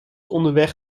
onderweg